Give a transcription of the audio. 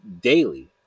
daily